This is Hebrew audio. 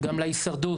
את המכללות בפריפריות.